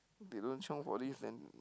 they don't chiong for this then